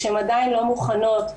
כשהן עדיין לא מוכנות,